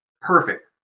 perfect